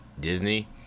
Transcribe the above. Disney